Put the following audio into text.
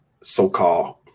so-called